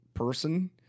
person